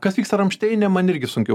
kas vyksta ramšteine man irgi sunkiau